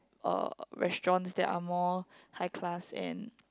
uh restaurants that are more high class and